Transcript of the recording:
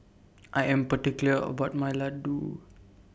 I Am particular about My Ladoo